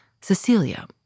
Cecilia